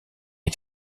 est